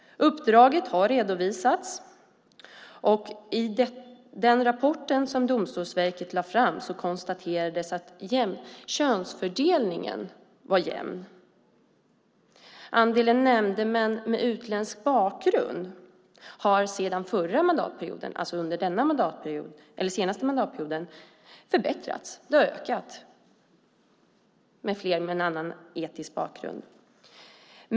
Uppdraget har redovisats. I den rapport som Domstolsverket lade fram konstaterades att könsfördelningen var jämn. Andelen nämndemän med utländsk bakgrund har förbättrats under denna mandatperiod, och det är fler som har annan etnisk bakgrund.